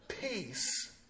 peace